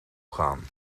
gaan